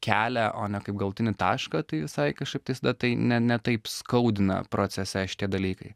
kelią o ne kaip galutinį tašką tai visai kažkaip tais tada tai ne ne taip skaudina procese šitie dalykai